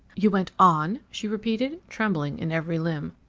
you went on? she repeated, trembling in every limb.